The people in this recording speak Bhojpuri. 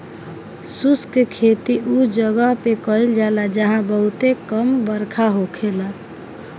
शुष्क खेती उ जगह पे कईल जाला जहां बहुते कम बरखा होखेला